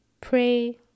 pray